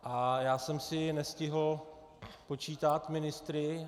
A já jsem si nestihl spočítat ministry.